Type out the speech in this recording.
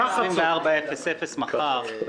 24:00 מחר,